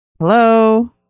hello